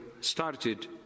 started